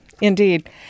indeed